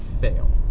fail